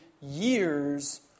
years